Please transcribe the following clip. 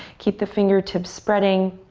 keep the fingertips spreading,